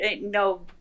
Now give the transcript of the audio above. no